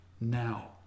now